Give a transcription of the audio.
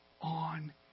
on